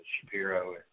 Shapiro